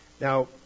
Now